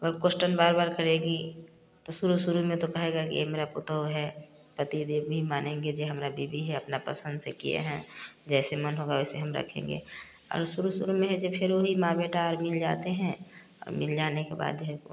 पर क्वेसटन बार बार करेगी तो शुरू शुरू में तो कहेगा ये मेरा पतउ है पति देव भी मानेगा जे हमरा बीवी है अपना पसंद से किए हैं जैसे मन हो वैसे हम रखेंगे और शुरू शुरू में है जे थे लोग माँ बेटा मिल जाते हैं अब मिल जाने के बाद है